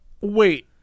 Wait